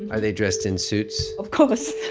are they dressed in suits? of course,